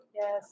Yes